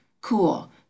Cool